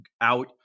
out